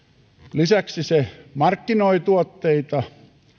lisäksi se markkinoi tuotteita